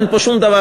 אין פה שום דבר,